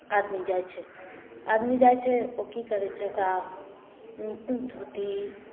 आदमी जाइत छै आदमी जाइत छै ओ की करैत छै ओकरा धोती